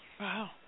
Wow